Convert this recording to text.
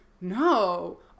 no